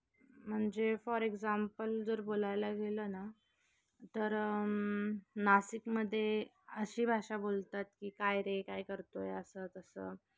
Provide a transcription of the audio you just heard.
म्हणजे for example जर बोलायला गेलं ना तर नासिकमध्ये अशी भाषा बोलतात की काय रे काय करतो आहे असं तसं